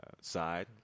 side